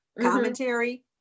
commentary